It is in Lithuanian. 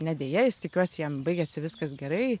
ne deja jis tikiuosi jam baigėsi viskas gerai